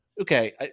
okay